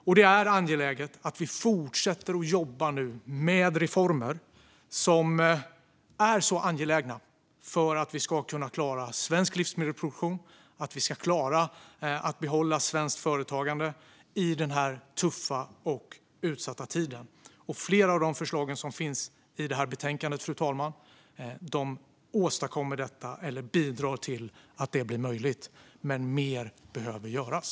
Och det är angeläget att vi nu fortsätter att jobba med reformer för att vi ska kunna klara svensk livsmedelsproduktion och klara att behålla svenskt företagande i denna tuffa och utsatta tid. Flera av de förslag som finns i detta betänkande, fru talman, åstadkommer detta eller bidrar till att det blir möjligt. Men mer behöver göras.